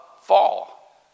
fall